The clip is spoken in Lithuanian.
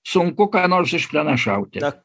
sunku ką nors išpranašauti